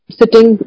sitting